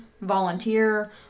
volunteer